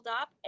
up